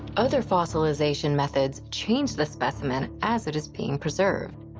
other fossilization methods change the specimen as it is being preserved.